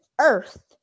earth